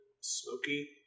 smoky